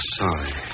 sorry